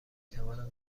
توانم